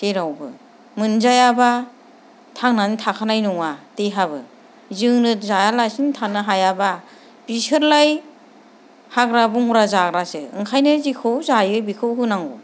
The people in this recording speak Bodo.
जेरावबो मोनजायाब्ला थांनानै थाखानाय नङा देहाबो जोंनो जायाब्लासिनो थानो हायाब्ला बिसोरलाय हाग्रा बंग्रा जाग्रासो ओंखायनो जेखौ जायो बेखौ होनांगौ